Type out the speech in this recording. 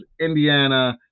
Indiana